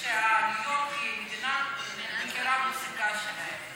וניו יורק היא מדינה שמכירה בפסיקה שלהם.